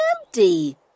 empty